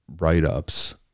write-ups